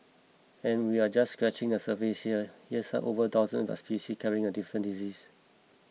and we're just scratching the surface here there are over a thousand bat species each carrying different diseases